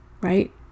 right